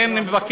לכן אני מבקש